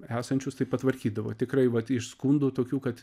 esančius tai patvarkydavo tikrai vat iš skundų tokių kad